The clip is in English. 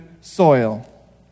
soil